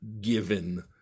given